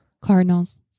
Cardinals